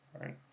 right